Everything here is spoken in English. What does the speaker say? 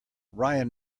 ryan